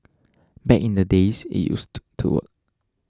back in the days it used to work